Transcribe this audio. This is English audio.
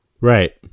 Right